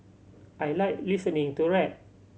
I like listening to rap